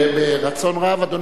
ברצון רב, אדוני.